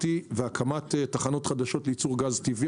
הקמת תחנות חדשות לייצור גז טבעי,